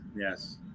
Yes